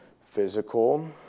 physical